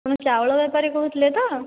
ଆପଣ ଚାଉଳ ବେପାରୀ କହୁଥିଲେ ତ